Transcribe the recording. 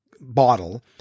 bottle